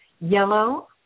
yellow